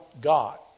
God